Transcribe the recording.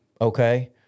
Okay